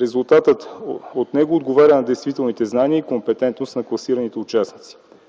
Резултатът от него отговаря на действителните знания и компетентност на класираните участници.